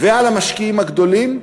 ועל המשקיעים הגדולים,